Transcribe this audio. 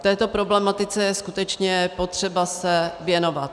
Této problematice je skutečně potřeba se věnovat.